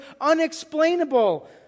unexplainable